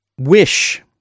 wish